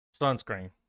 sunscreen